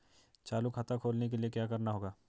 चालू खाता खोलने के लिए क्या करना होगा?